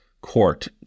court